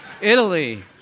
Italy